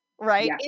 right